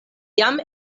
jam